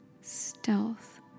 stealth